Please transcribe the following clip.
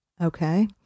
Okay